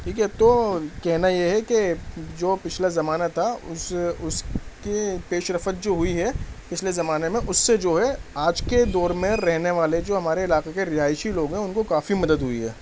ٹھیک ہے تو کہنا یہ ہے کہ جو پچھلا زمانہ تھا اس اس کے پیش رفت جو ہوئی ہے پچھلے زمانے میں اس سے جو ہے آج کے دور میں رہنے والے جو ہمارے علاقے کے رہائشی لوگ ہیں ان کو کافی مدد ہوئی ہے